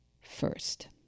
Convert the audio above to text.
first